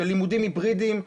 של לימודים היברידיים,